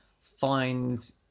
find